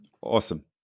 Awesome